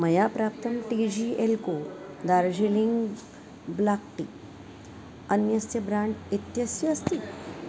मया प्राप्तं T G L co Darjeeling black tea अन्यस्य ब्राण्ड् इत्यस्य अस्ति